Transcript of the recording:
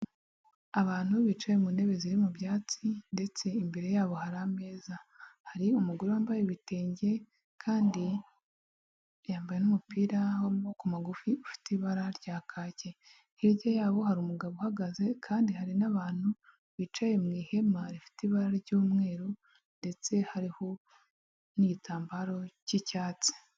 Abantu bicaye mu ntebe ziri mu byatsi ndetse imbere yabo hari ameza, hari umugore wambaye ibitenge kandi yambaye n'umupira w'amaboko magufi ufite ibara rya kaki. Hirya yaho hari umugabo uhagaze kandi hari n'abantu bicaye mu ihema rifite ibara ry'umweru ndetse hariho n'igitambaro cy'icyatsi.